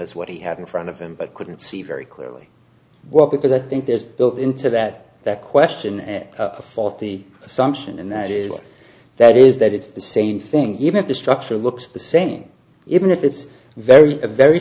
as what he had in front of him but couldn't see very clearly well because i think there's built into that that question and a faulty assumption and that is that is that it's the same thing even if the structure looks the same even if it's very a very